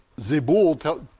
Zebul